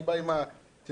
והיא באה על התינוקת,